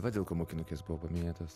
va dėl ko mokinukės buvo paminėtos